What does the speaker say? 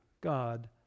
God